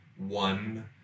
One